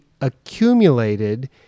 accumulated